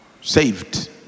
Saved